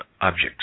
objects